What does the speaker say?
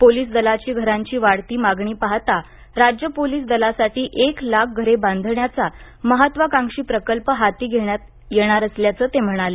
police दलाची घरांची वाढती मागणी पाहता राज्य पोलीस दलासाठी एक लाख घरे बांधण्याचा महत्त्वाकांक्षी प्रकल्प हाती घेण्यात येणार असल्याचं ते म्हणाले